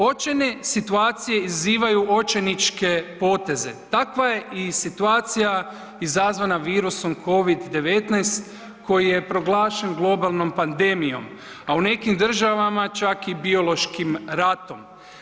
Očajne situacije izazivaju očajničke poteze, takva je i situacija izazvana virusom COVID-19 koji je proglašenom globalnom pandemijom, a u nekim državama čak i biološkim ratom.